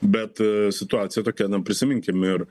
bet situacija tokia na prisiminkim ir